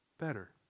better